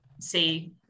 see